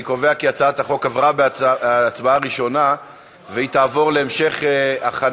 אני קובע כי הצעת החוק עברה בקריאה ראשונה ותועבר להמשך הכנה